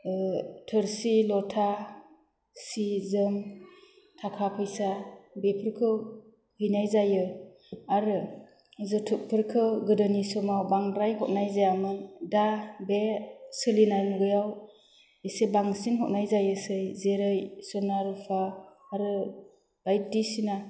ओह थोरसि लथा सि जोम थाखा फैसा बेफोरखौ हैनाय जायो आरो जोथुबफोरखौ गोदोनि समाव बांद्राय हरनाय जायामोन दा बे सोलिनाय मुगायाव एसे बांसिन हरनाय जायोसै जेरै सना रुफा आरो बायदिसिना